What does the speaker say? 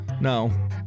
No